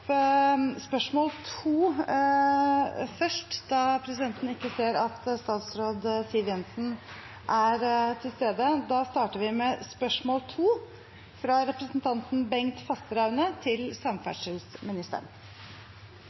spørsmål 2 først, da presidenten ikke ser at statsråd Siv Jensen – som skal svare på spørsmål 1 – er til stede.